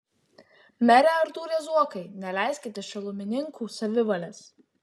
mere artūrai zuokai neleiskite šilumininkų savivalės